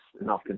enough